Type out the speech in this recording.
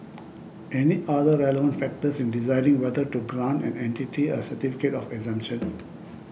any other relevant factors in deciding whether to grant an entity a certificate of exemption